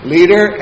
Leader